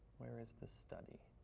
where is this study?